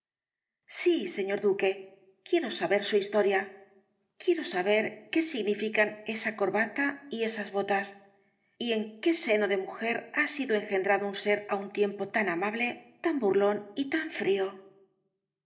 sí señor duque quiero saber su historia quiero saber qué significan esa corbata y esas botas y en qué seno de mujer ha sido engendrado un ser á un tiempo tan amable tan burlón y tan frío y